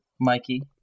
Mikey